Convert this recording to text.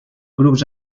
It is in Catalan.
grups